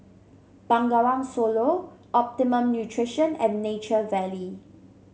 Bengawan Solo Optimum Nutrition and Nature Valley